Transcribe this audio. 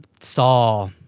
saw